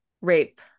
rape